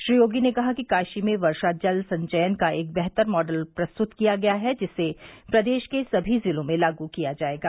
श्री योगी ने कहा कि काशी में वर्षा जल संचयन का एक बेहतर मॉडल प्रस्तुत किया गया है जिसे प्रदेश के सभी जिलों में लागू किया जाएगा